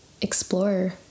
explore